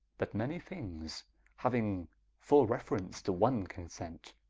that many things hauing full reference to one consent,